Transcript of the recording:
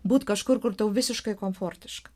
būt kažkur kur tau visiškai komfortiška